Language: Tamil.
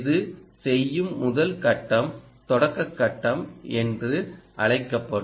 இது செய்யும் முதல் கட்டம் தொடக்க கட்டம் என்று அழைக்கப்படும்